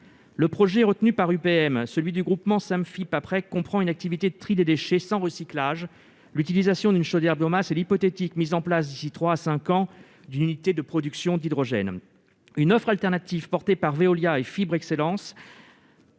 Le projet retenu par UPM, celui du groupement Samfi-Paprec, comprend une activité de tri des déchets sans recyclage, l'utilisation d'une chaudière biomasse et l'hypothétique mise en place, d'ici trois à cinq ans, d'une unité de production d'hydrogène. Une offre alternative, portée par Veolia et Fibre Excellence,